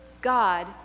God